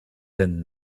ten